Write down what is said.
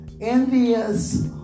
envious